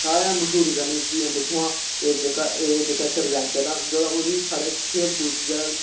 सारें गै मश्हूरी करनी के दिक्खो हां एह् जेह्का एह् जेह्का सरपैंच ऐ तां ओह्बी साढ़े खेल कूद च ज्यादा